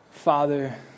Father